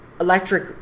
electric